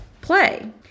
play